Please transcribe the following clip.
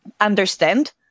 understand